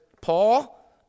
Paul